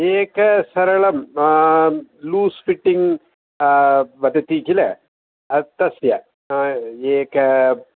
एक सरळम् आं लूस् फ़िट्टिङ्ग् वदति किल तस्य एक